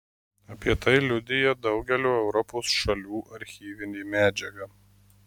apie tai liudija daugelio europos šalių archyvinė medžiaga